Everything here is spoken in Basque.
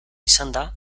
izanda